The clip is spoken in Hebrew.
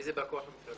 מי זה בא כוח המפלגה?